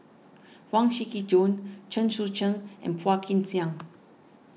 Huang Shiqi Joan Chen Sucheng and Phua Kin Siang